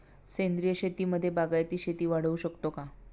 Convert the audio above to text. सेंद्रिय शेतीमध्ये बागायती शेती वाढवू शकतो का?